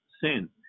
sin